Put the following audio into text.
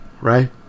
Right